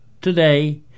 today